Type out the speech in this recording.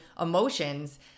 emotions